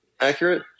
accurate